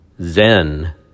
Zen